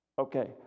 Okay